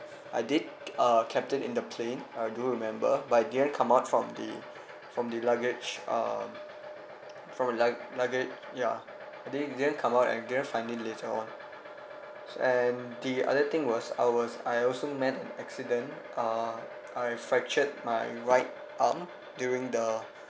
I did err kept it in the plane I do remember but it didn't come out from the from the luggage um from the lug~ luggage ya they didn't come out and didn't find it later on and the other thing was I was I also met an accident uh I fractured my right arm during the